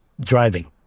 driving